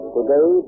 Today